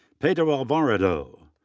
pedro alvarado.